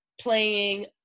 playing